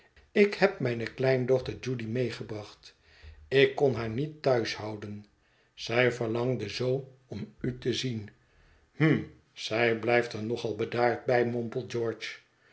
ik heb mijne kleindochter judy meegebracht ik kon haar niet thuis houden zij verlangde zoo om u te zien hm zij blijft er nog al bedaard bij